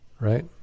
right